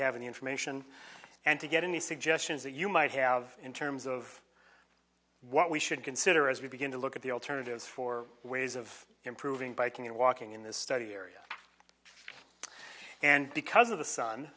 have any information and to get any suggestions that you might have in terms of what we should consider as we begin to look at the alternatives for ways of improving biking and walking in this study area and because of the sun